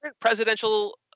Presidential